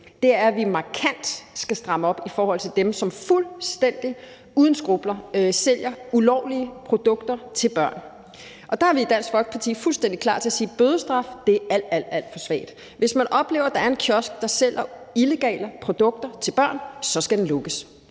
ind, er, at vi markant skal stramme op i forhold til dem, som fuldstændig uden skrupler sælger ulovlige produkter til børn. Det skal vi slå benhårdt ned på. Og der er vi i Dansk Folkeparti fuldstændig klar til at sige, at bødestraf er alt, alt for svagt. Hvis man oplever, der er en kiosk, der sælger illegale produkter til børn, skal den lukkes